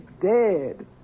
dead